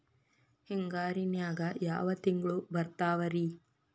ಹಿಂಗಾರಿನ್ಯಾಗ ಯಾವ ತಿಂಗ್ಳು ಬರ್ತಾವ ರಿ?